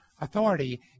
authority